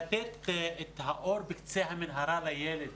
תמיכה לימודית וגם לתת את האור בקצה המנהרה לילד,